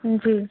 जी